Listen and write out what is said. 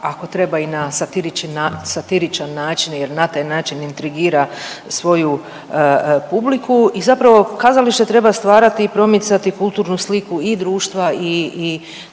ako treba i na satiričan način jer na taj način intrigira svoju publiku i zapravo kazalište treba stvarati i promicati kulturnu sliku i društva i